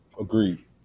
agreed